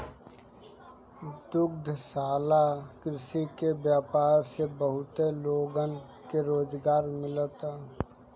दुग्धशाला कृषि के बाजार से बहुत लोगन के रोजगार मिलता